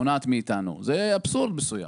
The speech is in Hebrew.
זה אבסורד מסוים.